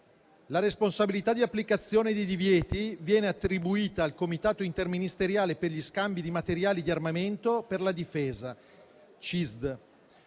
La responsabilità di applicazione dei divieti viene attribuita al Comitato interministeriale per gli scambi di materiali di armamento per la difesa (CISD),